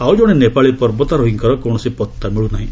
ଆଉ ଜଣେ ନେପାଳୀ ପର୍ବତାରୋହୀଙ୍କର କୌଣସି ପଭା ମିଳୁ ନାହିଁ